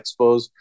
Expos